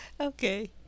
Okay